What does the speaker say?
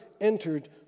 entered